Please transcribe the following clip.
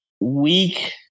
Week